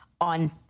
on